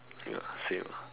ya same ah